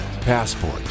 Passport